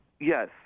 Yes